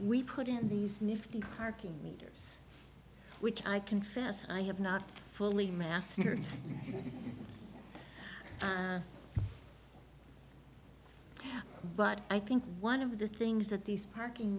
we put in these nifty harking meters which i confess i have not fully mastered but i think one of the things that these parking